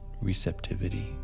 receptivity